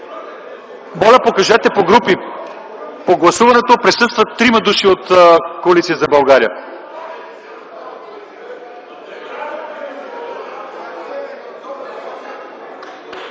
Моля, покажете по групи. При гласуването присъстват трима души от Коалиция за България.